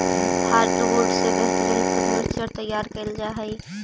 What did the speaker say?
hardwood से बेहतरीन furniture तैयार कैल जा हइ